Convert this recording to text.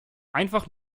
einfach